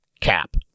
cap